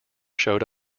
showed